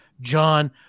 John